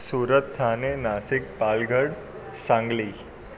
Surat Thane Nashik Palghar Sangli